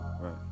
right